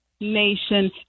nation